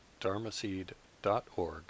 dharmaseed.org